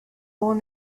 was